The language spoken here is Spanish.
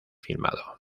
filmado